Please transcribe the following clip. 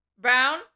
brown